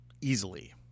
easily